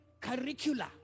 curricula